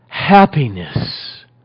Happiness